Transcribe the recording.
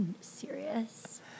serious